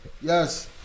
yes